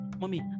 mommy